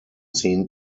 seen